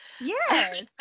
Yes